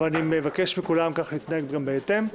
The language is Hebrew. ואני מבקש מכולם גם להתנהג בהתאם.